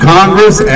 Congress